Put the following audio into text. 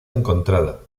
encontrada